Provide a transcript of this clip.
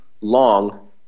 long